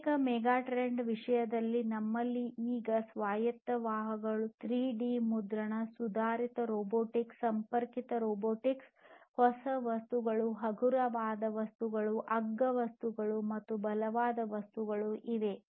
ಭೌತಿಕ ಮೆಗಾಟ್ರೆಂಡ್ ಗಳ ವಿಷಯದಲ್ಲಿ ನಮ್ಮಲ್ಲಿ ಈಗ ಸ್ವಾಯತ್ತ ವಾಹನಗಳು 3ಡಿ ಮುದ್ರಣ ಸುಧಾರಿತ ರೊಬೊಟಿಕ್ಸ್ ಸಂಪರ್ಕಿತ ರೊಬೊಟಿಕ್ಸ್ ಹೊಸ ವಸ್ತುಗಳು ಹಗುರವಾದ ವಸ್ತುಗಳು ಅಗ್ಗ ವಸ್ತುಗಳು ಮತ್ತು ಬಲವಾದ ವಸ್ತುಗಳು ಇವೆ